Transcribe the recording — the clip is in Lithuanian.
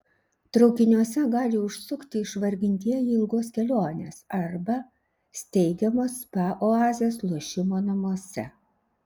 traukiniuose gali užsukti išvargintieji ilgos kelionės arba steigiamos spa oazės lošimo namuose